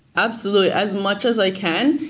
absolutely, as much as i can.